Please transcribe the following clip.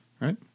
Right